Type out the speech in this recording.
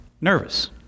nervous